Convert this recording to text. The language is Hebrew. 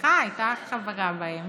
שמפלגתך הייתה חברה בהן